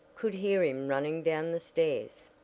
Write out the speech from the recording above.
could hear him running down the stairs.